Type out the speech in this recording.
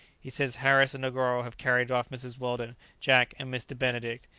he says harris and negoro have carried off mrs. weldon, jack, and mr. benedict.